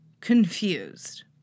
confused